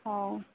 ହଉ